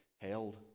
held